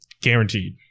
Guaranteed